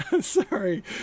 sorry